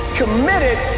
committed